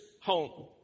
home